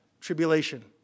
tribulation